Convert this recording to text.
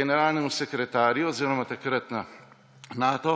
generalnemu sekretarju oziroma takrat na Nato,